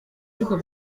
ariko